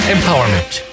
Empowerment